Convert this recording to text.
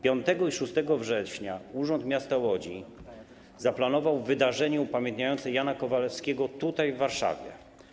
5 i 6 września Urząd Miasta Łodzi zaplanował wydarzenie upamiętniające Jana Kowalewskiego w Warszawie.